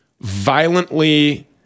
violently